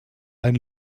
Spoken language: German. ein